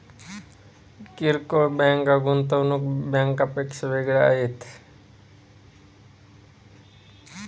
किरकोळ बँका गुंतवणूक बँकांपेक्षा वेगळ्या आहेत